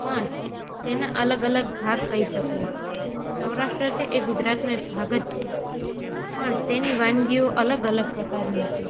પણ તેના અલગઅલગ ભાગ કહી શકો સૌરાષ્ટ્ર છે એ ગુજરાતનો એક ભાગ જ છે પણ તેની વાનગીઓ અલગ અલગ પ્રકારની છે